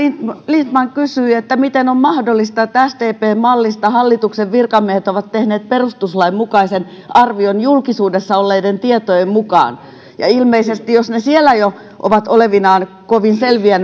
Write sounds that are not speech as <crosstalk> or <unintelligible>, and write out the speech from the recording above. lindtman kysyi miten on mahdollista että sdpn mallista hallituksen virkamiehet ovat tehneet perustuslainmukaisuusarvion julkisuudessa olleiden tietojen mukaan ja jos ne sdpn mallit siellä jo ovat olevinaan kovin selviä <unintelligible>